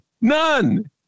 None